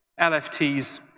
LFTs